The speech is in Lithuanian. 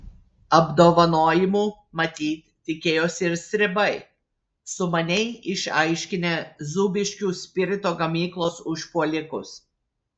apdovanojimų matyt tikėjosi ir stribai sumaniai išaiškinę zūbiškių spirito gamyklos užpuolikus